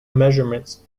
measurements